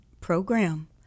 program